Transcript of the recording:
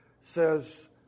says